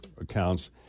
accounts